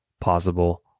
possible